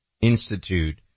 Institute